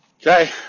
okay